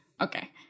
okay